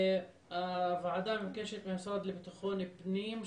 הוועדה מבקשת מהמשרד לבטחון פנים,